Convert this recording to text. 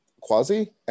quasi